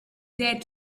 dared